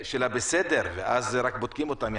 ורק אותה בודקים.